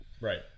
Right